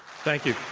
thank you,